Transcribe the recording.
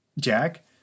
Jack